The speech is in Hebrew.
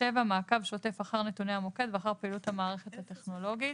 (7)מעקב שוטף אחר נתוני המוקד ואחר פעילות המערכת הטכנולוגית,